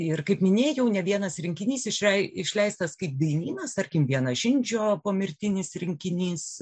ir kaip minėjau ne vienas rinkinys šle išleistas kaip dainynas tarkim vienažindžio pomirtinis rinkinys